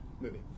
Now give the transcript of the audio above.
movie